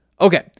Okay